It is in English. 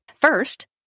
First